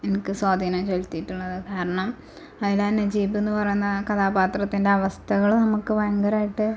എനിക്ക് സ്വാധീനം ചെലുത്തീട്ടുള്ളത് കാരണം അതിലെ ആ നജീബ് എന്ന് പറയുന്ന ആ കഥാപാത്രത്തിന്റെ അവസ്ഥകൾ നമുക്ക് ഭയങ്കരമായിട്ട്